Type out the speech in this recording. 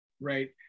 Right